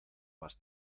más